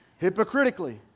hypocritically